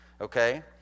Okay